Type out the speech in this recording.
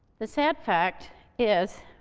the sad fact is